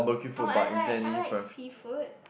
orh I like I like seafood